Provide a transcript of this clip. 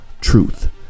truth